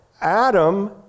Adam